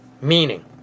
Meaning